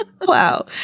Wow